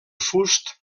fust